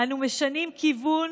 אנו משנים כיוון